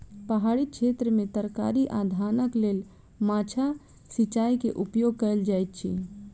पहाड़ी क्षेत्र में तरकारी आ धानक लेल माद्दा सिचाई के उपयोग कयल जाइत अछि